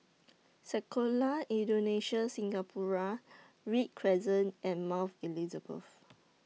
Sekolah Indonesia Singapura Read Crescent and Mount Elizabeth